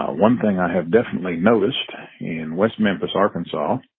ah one thing i have definitely noticed in west memphis, arkansas,